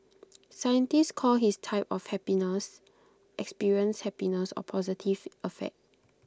scientists call his type of happiness experienced happiness or positive affect